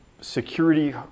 Security